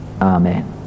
Amen